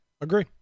agree